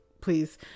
please